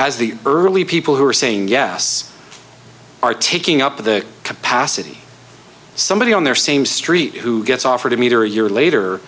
as the early people who are saying yes are taking up the capacity somebody on their same street who gets offered a meter a year later